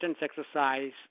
exercise